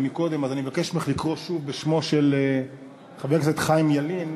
אני מבקש ממך לקרוא שוב בשמו של חבר הכנסת חיים ילין,